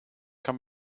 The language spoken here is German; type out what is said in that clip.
kann